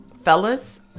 fellas